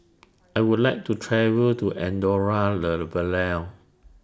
I Would like to travel to Andorra La Vella